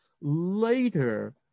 later